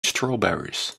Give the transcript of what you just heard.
strawberries